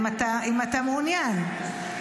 אם אתה מעוניין.